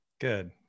Good